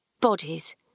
bodies